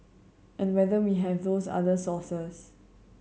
and whether we have those other sources